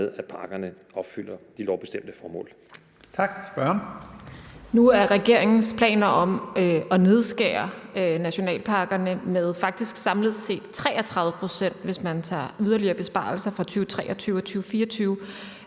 at parkerne opfylder de lovbestemte formål.